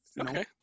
Okay